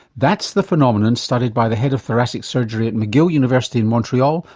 that's the phenomenon studied by the head of thoracic surgery at mcgill university in montreal,